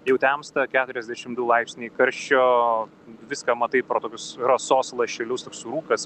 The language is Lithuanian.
jau temsta keturiasdešim du laipsniai karščio viską matai pro tokius rasos lašelius toks rūkas